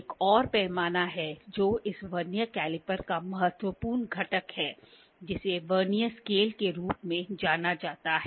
एक और पैमाना है जो इस वर्नियर कैलीपर का महत्वपूर्ण घटक है जिसे वर्नियर स्केल के रूप में जाना जाता है